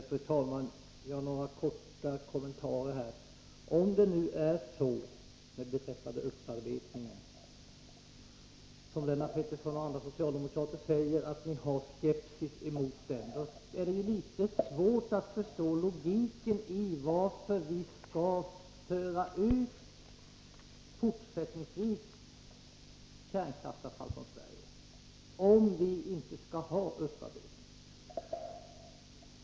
Fru talman! Jag vill bara göra några korta kommentarer. Om det är så som Lennart Pettersson och andra socialdemokrater säger, att regeringen hyser skepsis i fråga om upparbetning, är det svårt att förstå logiken i ert förslag om att vi fortsättningsvis skall föra ut kärnkraftsavfall från Sverige.